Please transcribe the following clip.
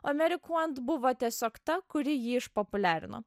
o meri kuant buvo tiesiog ta kuri jį išpopuliarino